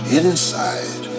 inside